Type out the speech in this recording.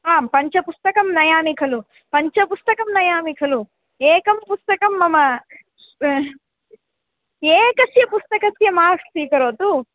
आं पञ्च पुस्तकानि नयामि खलु पञ्च पुस्तकानि नयामि खलु एकं पुस्तकं मम एकस्य पुस्तकस्य मा स्वीकरोतु